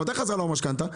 מתי חזרה לו המשכנתה?